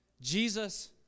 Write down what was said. Jesus